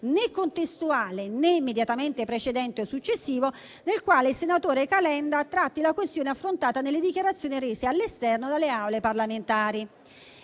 né contestuale né immediatamente precedente o successivo, nel quale il senatore Calenda tratti la questione affrontata nelle dichiarazioni rese all'esterno delle Aule parlamentari.